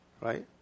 right